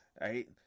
Right